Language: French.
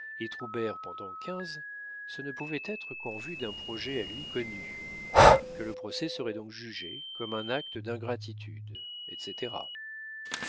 pendant quinze ce ne pouvait être qu'en vue d'un projet à lui connu que le procès serait donc jugé comme un acte d'ingratitude etc